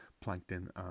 plankton